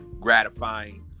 gratifying